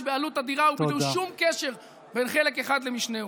בעלות אדירה ובלי שום קשר בין חלק אחד למשנהו,